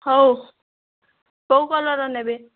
ହେଉ କେଉଁ କଲର୍ର ନେବେ